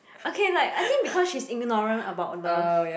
okay like I think because she's ignorant about love